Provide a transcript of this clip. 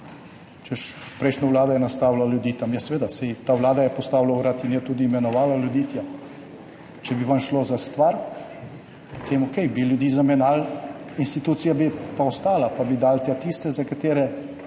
češ prejšnja vlada je tja nastavila ljudi. Ja, seveda, saj ta vlada je postavila urad in je tudi imenovala ljudi tja. Če bi vam šlo za stvar, potem bi zamenjali ljudi, institucija bi pa ostala, pa bi dali tja tiste, za katere